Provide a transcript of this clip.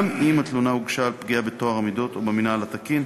גם אם התלונה הוגשה על פגיעה בטוהר המידות או במינהל התקין.